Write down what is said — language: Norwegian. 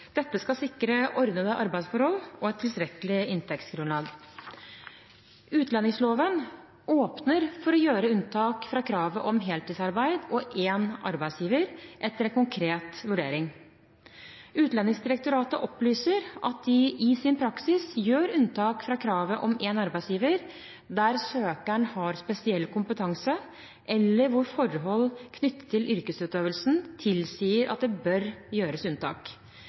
Dette skal sikre ordnede arbeidsforhold og et tilstrekkelig inntektsgrunnlag. Utlendingsloven åpner for å gjøre unntak fra kravet om heltidsarbeid og én arbeidsgiver etter en konkret vurdering. Utlendingsdirektoratet opplyser at de i sin praksis gjør unntak fra kravet om én arbeidsgiver der søkeren har spesiell kompetanse, eller hvor forhold knyttet til yrkesutøvelsen tilsier at det bør gjøres unntak.